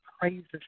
praises